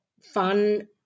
fun